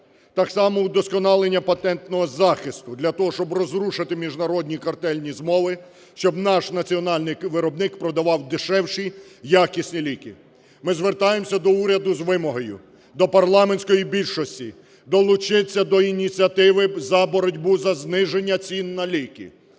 Так само удосконалення патентного захисту, для того щоб розрушити міжнародні картельні змови, щоб наш національний виробник продавав дешевші, якісні ліки. Ми звертаємося до уряду з вимогою, до парламентської більшості: долучитись до ініціативи за боротьбу за зниження цін на ліки.